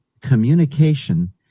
communication